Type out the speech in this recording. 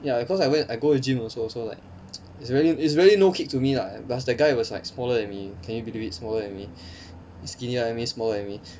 ya cause I went I go to gym also so like it's really it's really no kick to me lah plus that guy was like smaller than me can you believe it smaller than me skinnier than me smaller than me